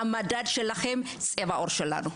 המדד שלכם הוא צבע העור שלנו,